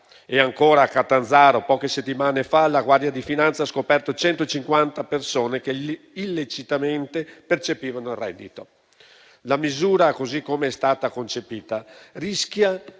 e Spada. Ancora poche settimane fa, a Catanzaro la Guardia di finanza ha scoperto 150 persone che illecitamente percepivano il reddito. La misura, così come è stata concepita, rischia